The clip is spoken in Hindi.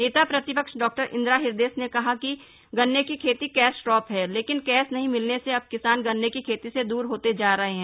नेता प्रतिपक्ष डॉ इन्दिरा हृदयेश ने कहा गन्ने की खेती कैश क्रॉप है लेकिन कैश नहीं मिलने से अब किसान गन्ने की खेती से दूर होते जा रहे हैं